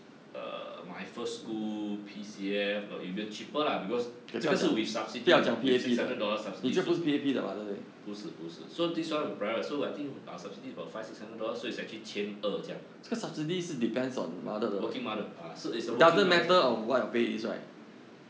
err my first school P_C_F got even cheaper lah because 这个是 with subsidy orh with six hundred dollars subsidies 是不是不是 so this one is private so I think our subsidy about five six hundred dollars so it's actually 千二这样 working mother ah 是 is a working mother asf~